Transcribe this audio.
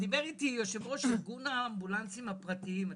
דיבר איתי יושב ראש ארגון האמבולנסים הפרטיים.